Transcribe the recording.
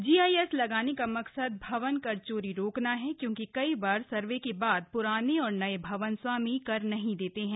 GIS लगाने का मकसद भवन कर चोरी रोकने के लिए है क्योंकि कई बार सर्वे के बाद प्राने और नए भवन स्वामी कर नहीं देते हैं